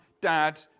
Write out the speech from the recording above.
dad